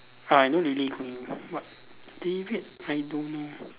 I know Lily coming ah but David I don't know